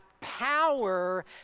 power